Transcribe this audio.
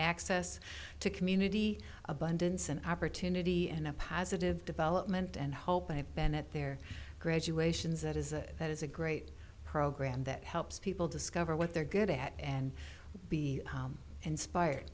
access to community abundance and opportunity and a positive development and hope and i've been at their graduations that is a that is a great program that helps people discover what they're good at and be inspired